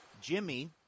Jimmy